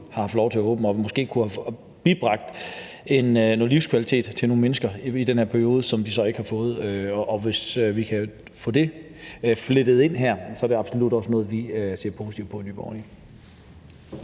have haft lov til at have åbent og måske kunne have bibragt noget livskvalitet til nogle mennesker i den her periode, som de så ikke har fået. Hvis vi kan få det flettet ind her, er det absolut også noget, vi ser positivt på i Nye Borgerlige.